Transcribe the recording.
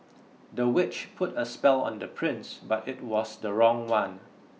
the witch put a spell on the prince but it was the wrong one